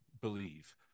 believe